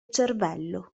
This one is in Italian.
cervello